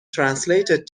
translated